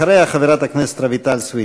אחריה, חברת הכנסת רויטל סויד.